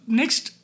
next